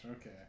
okay